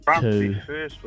two